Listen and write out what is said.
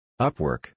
Upwork